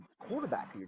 quarterback